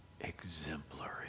exemplary